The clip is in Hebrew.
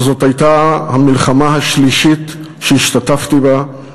וזאת הייתה המלחמה השלישית שהשתתפתי בה,